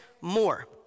more